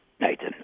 Nathan